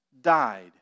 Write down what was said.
died